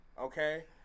okay